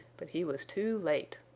but he was too late.